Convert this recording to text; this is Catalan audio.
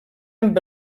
amb